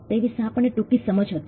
તે વિશે આપણને ટૂંકી સમજ હતી